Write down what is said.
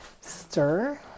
stir